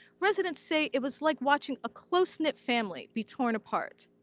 residents say it was like watching a close-knit family be torn apart,